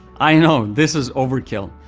i know, this is overkill,